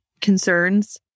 concerns